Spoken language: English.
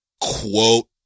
quote